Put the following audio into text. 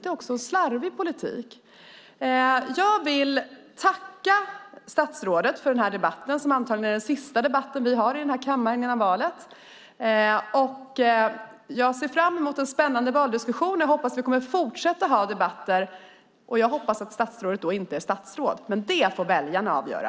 Det är en slarvig politik. Jag vill tacka statsrådet för den här debatten, som antagligen är den sista vi har i kammaren innan valet. Jag ser fram emot en spännande valdiskussion. Jag hoppas att vi kommer att fortsätta att ha debatter, och jag hoppas att statsrådet då inte är statsråd. Men det får väljarna avgöra.